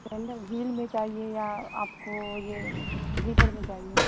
sandal heel میں چاہیے یا آپ کو یہ سلیپر میں چاہیے